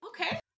okay